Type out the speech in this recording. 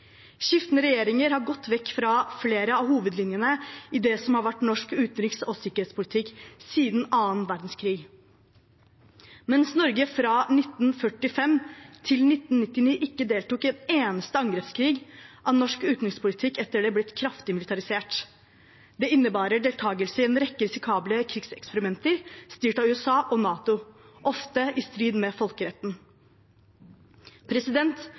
Skiftende regjeringer har gått vekk fra flere av hovedlinjene i det som har vært norsk utenriks- og sikkerhetspolitikk siden annen verdenskrig. Mens Norge fra 1945 til 1999 ikke deltok i en eneste angrepskrig, er norsk utenrikspolitikk etter det blitt kraftig militarisert. Det innebærer deltakelse i en rekke risikable krigseksperimenter styrt av USA og NATO, ofte i strid med folkeretten.